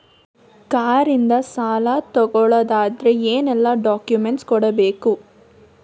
Car ಇಂದ ಸಾಲ ತಗೊಳುದಾದ್ರೆ ಏನೆಲ್ಲ ಡಾಕ್ಯುಮೆಂಟ್ಸ್ ಕೊಡ್ಬೇಕು?